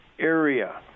area